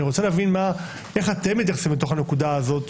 אני רוצה להבין איך אתם מתייחסים לנקודה הזאת,